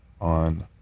on